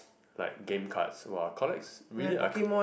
like game cards !wah! collect really I c~